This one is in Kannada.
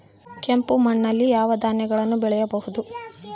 ಕೆಂಪು ಮಣ್ಣಲ್ಲಿ ಯಾವ ಧಾನ್ಯಗಳನ್ನು ಬೆಳೆಯಬಹುದು?